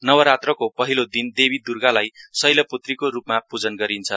नवरात्रको पहिलो दिन देवी द्र्गालाई सैलपूत्री को रूपमा पूजा गरिन्छ